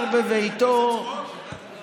מה הוא מקיים?